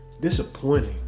disappointing